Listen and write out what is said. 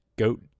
Goat